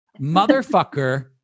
motherfucker